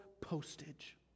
postage